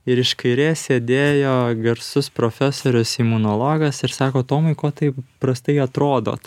ir iš kairės sėdėjo garsus profesorius imunologas ir sako tomai ko taip prastai atrodot